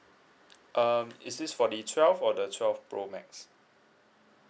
um is this for the twelve or the twelve pro max